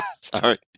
Sorry